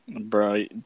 Bro